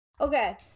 okay